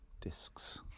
discs